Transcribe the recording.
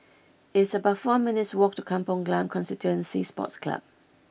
it's about four minutes' walk to Kampong Glam Constituency Sports Club